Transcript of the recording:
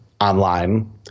online